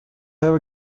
have